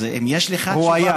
אז אם יש לך תשובה, הוא היה.